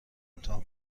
امتحان